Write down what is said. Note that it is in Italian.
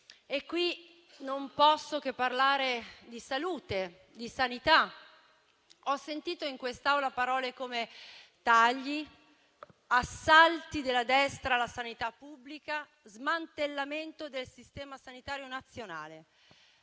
punto non posso che parlare di salute e di sanità. Ho sentito in quest'Aula parlare di tagli, di assalti della destra alla sanità pubblica, di smantellamento del Sistema sanitario nazionale.